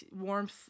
warmth